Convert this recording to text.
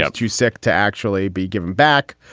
yeah too sick to actually be given back?